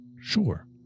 Sure